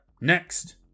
next